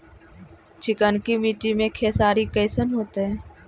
चिकनकी मट्टी मे खेसारी कैसन होतै?